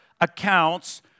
accounts